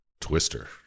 Twister